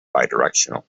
bidirectional